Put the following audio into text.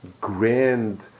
grand